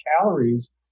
calories